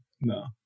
No